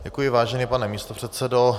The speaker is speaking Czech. Děkuji, vážený pane místopředsedo.